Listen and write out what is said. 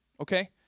okay